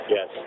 Yes